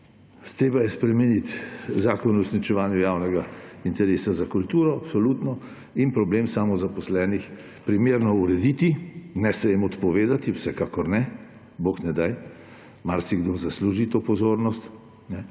Treba je spremeniti Zakon o uresničevanju javnega interesa za kulturo – absolutno – in problem samozaposlenih primerno urediti, ne se jim odpovedati, vsekakor ne, bog ne daj, marsikdo zasluži to pozornost.